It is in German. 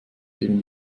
gegen